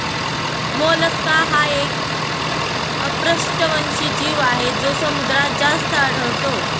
Mollusca हा एक अपृष्ठवंशी जीव आहे जो समुद्रात जास्त आढळतो